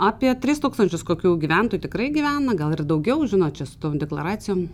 apie tris tūkstančius kokių gyventojų tikrai gyvena gal ir daugiau žinot čia su tom deklaracijom